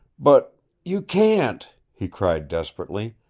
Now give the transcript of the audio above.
but you can't! he cried desperately.